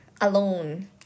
alone